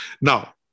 Now